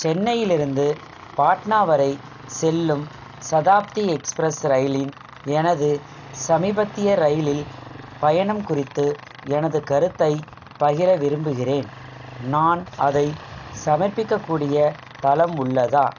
சென்னையிலிருந்து பாட்னா வரை செல்லும் சதாப்தி எக்ஸ்பிரஸ் ரயிலின் எனது சமீபத்திய ரயிலில் பயணம் குறித்து எனது கருத்தைப் பகிர விரும்புகிறேன் நான் அதைச் சமர்ப்பிக்கக்கூடிய தளம் உள்ளதா